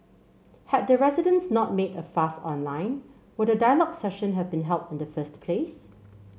had the residents not made a fuss online would a dialogue session have been held in the first place